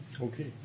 Okay